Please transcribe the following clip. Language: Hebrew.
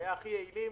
שהיו הכי יעילים